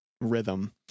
rhythm